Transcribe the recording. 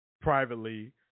privately